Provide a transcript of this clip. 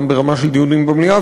גם ברמה של דיונים במליאה,